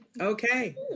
Okay